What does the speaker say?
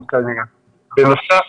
בנוסף,